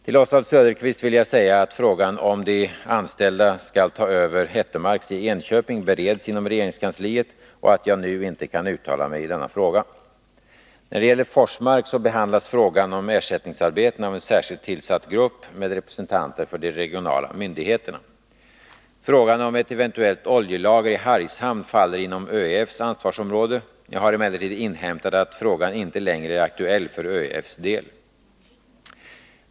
Till Oswald Söderqvist vill jag säga att frågan om huruvida de anställda skall ta över Hettemarks i Enköping bereds inom regeringskansliet och att jag nu inte kan uttala mig i denna fråga. När det gäller Forsmark behandlas frågan om ersättningsarbeten av en särskilt tillsatt grupp med representanter för de regionala myndigheterna. Frågan om ett eventuellt oljelager i Hargshamn faller inom ÖEF:s ansvarsområde. Jag har emellertid inhämtat att frågan inte längre är aktuell för ÖEF:s del.